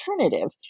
alternative